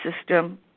system